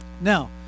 Now